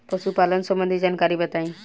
पशुपालन सबंधी जानकारी बताई?